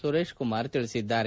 ಸುರೇಶ್ ಕುಮಾರ್ ತಿಳಿಸಿದ್ದಾರೆ